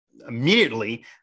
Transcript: immediately